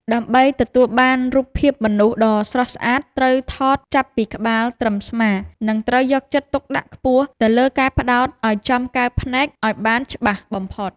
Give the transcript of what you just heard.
ដើម្បីទទួលបានរូបភាពមនុស្សដ៏ស្រស់ស្អាតត្រូវថតចាប់ពីក្បាលត្រឹមស្មា និង ត្រូវយកចិត្តទុកដាក់ខ្ពស់ទៅលើការផ្ដោតឱ្យចំកែវភ្នែកឱ្យបានច្បាស់បំផុត។